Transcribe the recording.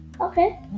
Okay